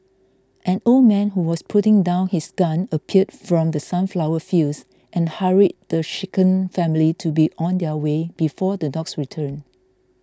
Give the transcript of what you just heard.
an old man who was putting down his gun appeared from the sunflower fields and hurried the shaken family to be on their way before the dogs return